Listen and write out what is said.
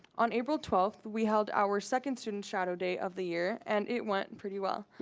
on april twelfth, we held our second student shadow day of the year and it went pretty well.